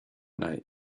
night